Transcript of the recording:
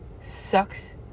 sucks